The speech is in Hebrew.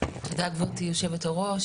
תודה גבירתי היו"ר.